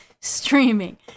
streaming